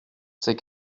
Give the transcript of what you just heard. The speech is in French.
c’est